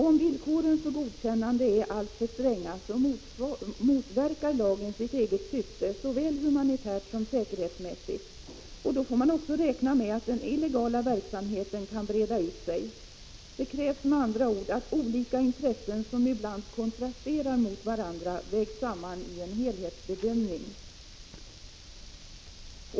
Om villkoren för godkännande är alltför stränga, motverkar lagen sitt eget syfte såväl humanitärt som säkerhetsmässigt, och då får man också räkna med att den illegala verksamheten kan breda ut sig. Det krävs med andra ord att olika intressen som ibland kontrasterar mot varandra läggs samman i en helhetsbedömning.